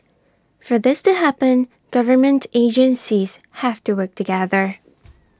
for this to happen government agencies have to work together